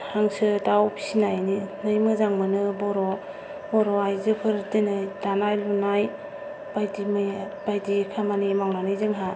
हांसो दाव फिसिनानै मोजां मोनो बर' बर' आइजोफोर बिदिनो दाना माइ बायदिमैया बायदि खामानि मावनानै जोंहा